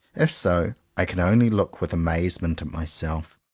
if so, i can only look with amazement at myself,